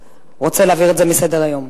רוצה להעביר את זה מסדר-היום.